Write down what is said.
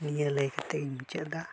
ᱱᱤᱭᱟᱹ ᱞᱟᱹᱭ ᱠᱟᱛᱮᱫ ᱤᱧ ᱢᱩᱪᱟᱹᱫ ᱮᱫᱟ